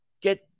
get